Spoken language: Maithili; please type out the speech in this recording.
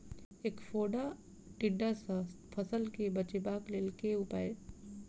ऐंख फोड़ा टिड्डा सँ फसल केँ बचेबाक लेल केँ उपाय?